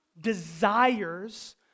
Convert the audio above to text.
desires